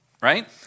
right